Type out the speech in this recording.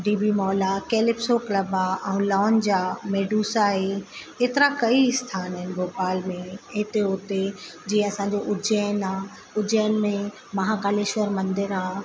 D B mall आहे Calypso club आहे ऐं लॉन्ज आहे मैडूस आहे एतिरा कई स्थान आहिनि भोपाल में इते उते जीअं असांजो उज्जैन आहे उज्जैन में महाकालेश्वर मंदरु आहे